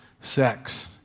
sex